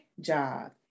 job